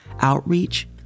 outreach